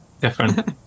different